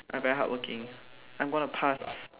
I very hardworking I'm going to pass